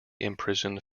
imprisoned